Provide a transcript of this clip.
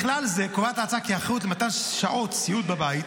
בכלל זה קובעת ההצעה כי האחריות למתן שעות סיעוד בבית